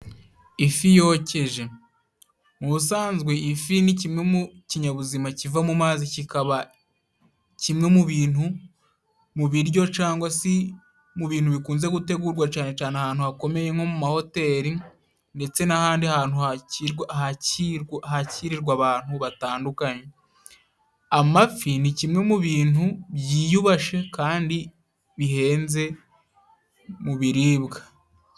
Ifi yokeje. Ubusanzwe ifi ni kimwe mu kinyabuzima kiva mu mazi kikaba kimwe mu bintu, mu biryo cyangwa se mu bintu bikunze gutegurwa cyane ahantu hakomeye nko mu mahoteri, ndetse n'ahandi hantu hakirirwa abantu batandukanye. Amafi ni kimwe mu bintu byiyubashye, kandi bihenze, mu biribwa.